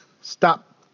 stop